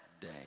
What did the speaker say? day